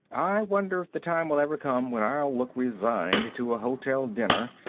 i wonder if the time will ever come when i'll look resigned to a hotel dinner,